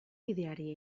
bideari